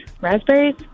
Raspberries